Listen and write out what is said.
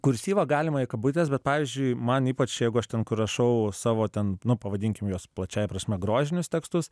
kursyvą galima į kabutes bet pavyzdžiui man ypač jeigu aš ten kur rašau savo ten nu pavadinkim juos plačiąja prasme grožinius tekstus